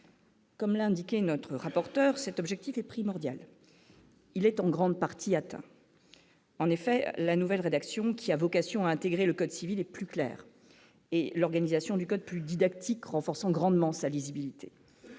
Comme l'indiquait notre rapporteur, cet objectif est primordial, il est en grande partie atteint en effet la nouvelle rédaction qui a vocation à intégrer le code civil et plus clair et l'organisation du code plus didactique, renforçant grandement sa lisibilité